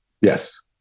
Yes